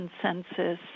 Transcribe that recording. consensus